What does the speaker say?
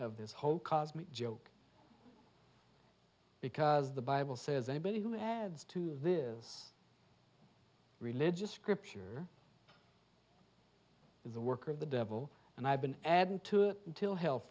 of this whole cosmic joke because the bible says anybody who adds to this religious scripture is the work of the devil and i've been adding to it until he